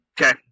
Okay